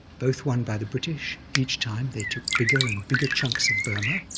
both won by the british. each time they took bigger and bigger chunks of burma,